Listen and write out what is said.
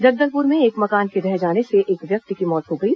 जगदलपुर में एक मकान के ढह जाने से एक व्यक्ति की मौत हो गई